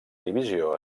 divisió